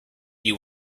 you